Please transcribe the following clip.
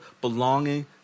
belonging